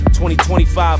2025